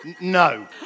No